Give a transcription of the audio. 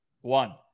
One